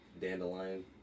dandelion